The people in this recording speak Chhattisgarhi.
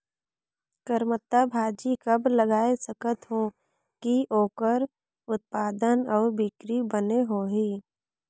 करमत्ता भाजी कब लगाय सकत हो कि ओकर उत्पादन अउ बिक्री बने होही?